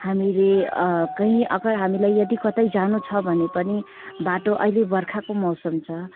हामीले कहीँ अगर हामीलाई यदि कतै जानु छ भने पनि बाटो अहिले बर्खाको मौसम छ